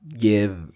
give